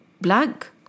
blank